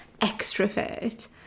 extrovert